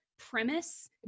Premise